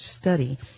study